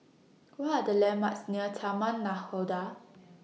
What Are The landmarks near Taman Nakhoda